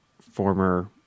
former